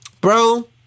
bro